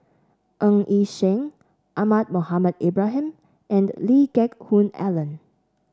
Ng Yi Sheng Ahmad Mohamed Ibrahim and Lee Geck Hoon Ellen